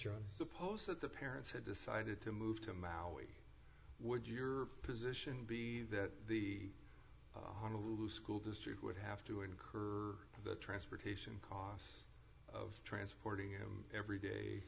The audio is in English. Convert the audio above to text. own suppose that the parents had decided to move to maui would your position be that the school district would have to incur the transportation costs of transporting him every day